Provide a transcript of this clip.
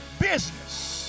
business